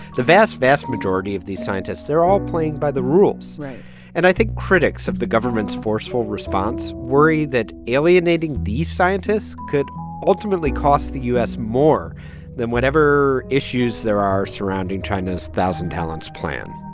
the vast, vast majority of these scientists, they're all playing by the rules right and i think critics of the government's forceful response worry that alienating these scientists could ultimately cost the u s. more than whatever issues there are surrounding china's thousand talents plan